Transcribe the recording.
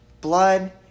blood